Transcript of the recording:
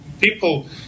people